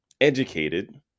educated